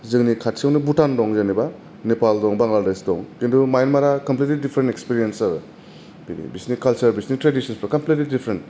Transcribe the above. जोंनि खाथियावनो भुतान दं जेन'बा नेपाल दं बांलादेस दं खिन्थु म्यानमार आ कमफ्लेतलि दिपारेन्ट इकपेरियन्स आरो बेनो बिसिनि कालसार बिसोरनि ट्रेदिसनफोरा कम्प्लेटली दिपारेन्ट